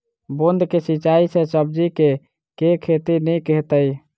बूंद कऽ सिंचाई सँ सब्जी केँ के खेती नीक हेतइ?